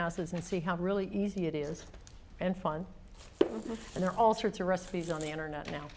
houses and see how really easy it is and fun and there are all sorts of recipes on the internet now